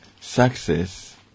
success